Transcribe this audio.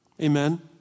Amen